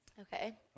Okay